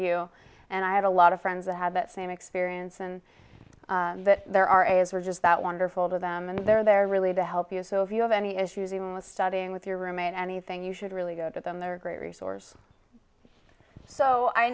you and i had a lot of friends that have that same experience and that there are as we're just that wonderful to them and they're there really to help you so if you have any issues even with studying with your roommate anything you should really go to them they're a great resource so i